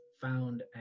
found